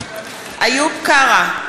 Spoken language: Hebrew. איוב קרא,